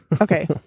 Okay